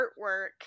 artwork